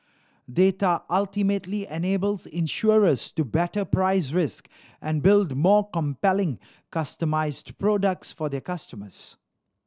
data ultimately enables insurers to better price risk and build more compelling customised products for their customers